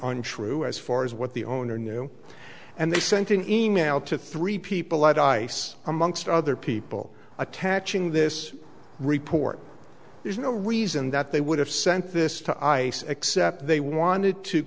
on true as far as what the owner knew and they sent an e mail to three people at ice amongst other people attaching this report there's no reason that they would have sent this to ice except they wanted to